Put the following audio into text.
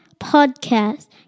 podcast